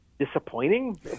Disappointing